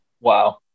Wow